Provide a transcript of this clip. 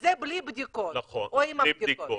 וזה בלי בדיקות או אם עם בדיקות?